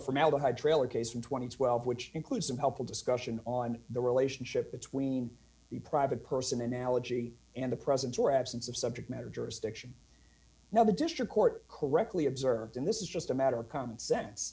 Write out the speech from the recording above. formaldehyde trailer case from two thousand and twelve which includes some helpful discussion on the relationship between the private person analogy and the presence or absence of subject matter jurisdiction now the district court correctly observed and this is just a matter of common sense